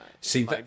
See